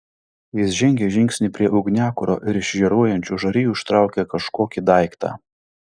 jis žengė žingsnį prie ugniakuro ir iš žėruojančių žarijų ištraukė kažkokį daiktą